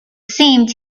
seemed